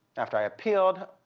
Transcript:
after i appealed,